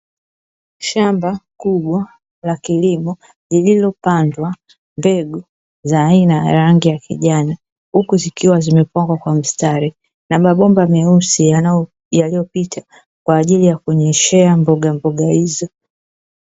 Shamba kubwa la kilimo lililopandwa mbegu za aina ya rangi ya kijani, huku zikiwa zimepangwa kwa mstari na mabomba meusi yaliyopita kwaajili ya kunyeshea mbogamboga hizo.